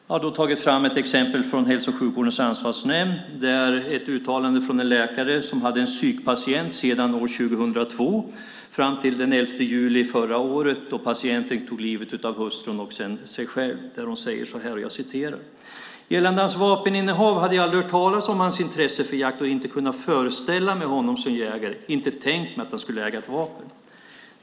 Jag har tagit exempel från Hälso och sjukvårdens ansvarsnämnd, ett uttalande från en läkare som hade en psykpatient från år 2002 fram till den 11 juli förra året. Patienten tog livet av hustrun och sedan sig själv. Hon säger så här: Innan hans vapeninnehav hade jag aldrig hört talas om hans intresse för jakt och hade inte kunnat föreställa mig honom som jägare, inte tänkt mig att han skulle äga ett vapen.